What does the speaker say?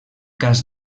cas